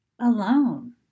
alone